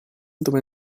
dove